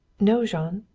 no, jean.